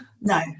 No